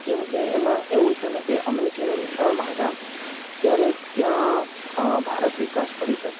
કેમકે એમાં એવું છે ને કે અમે જ્યારે નિશાળમાં હતા ત્યારે ત્યાં ભારત વિકાસ પરિષદ